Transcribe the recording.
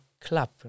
club